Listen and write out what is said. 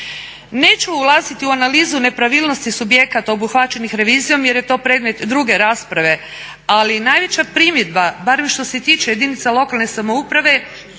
Neću ulaziti u analizu nepravilnosti subjekata obuhvaćenih revizijom jer je to predmet druge rasprave, ali najveća primjedba barem što se tiče jedinica lokalne samouprave